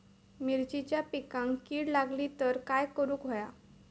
मिरचीच्या पिकांक कीड लागली तर काय करुक होया?